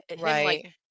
right